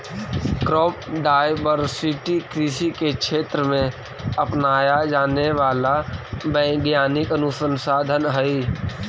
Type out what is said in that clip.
crop diversity कृषि के क्षेत्र में अपनाया जाने वाला वैज्ञानिक अनुसंधान हई